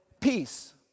peace